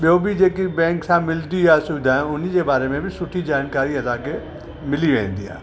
ॿियो बि जेकी बैंक सां मिलंदी आहे सुविधायूं उनजे बारे में बि सुठी जानकारी अदा कयो मिली वेंदी आहे